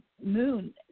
moon